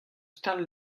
stal